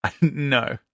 No